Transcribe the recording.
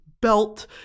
belt